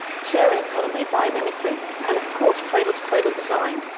sharing economy, biomimicry, and of course, cradle-to-cradle design.